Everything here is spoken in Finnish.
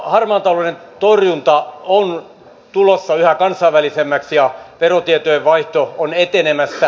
harmaan talouden torjunta on tulossa yhä kansainvälisemmäksi ja verotietojen vaihto on etenemässä